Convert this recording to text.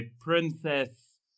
Princess